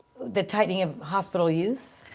the tightening of hospital use?